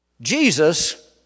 Jesus